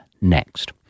next